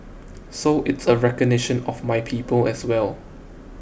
so it's a recognition of my people as well